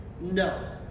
no